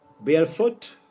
barefoot